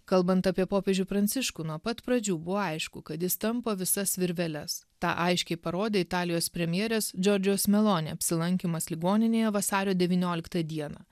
kalbant apie popiežių pranciškų nuo pat pradžių buvo aišku kad jis tampo visas virveles tą aiškiai parodė italijos premjerės džordžijos meloni apsilankymas ligoninėje vasario devynioliktą dieną